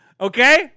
okay